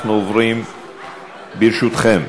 ברשותכם,